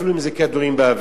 אפילו אם זה כדורים באוויר.